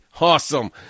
Awesome